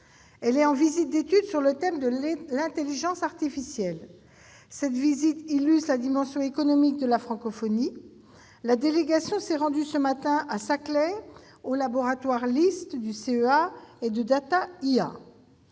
Elle est en visite d'étude sur le thème de l'intelligence artificielle. Cette visite illustre la dimension économique de la francophonie. La délégation s'est rendue ce matin à Saclay, aux laboratoires LIST du Commissariat à